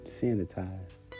sanitized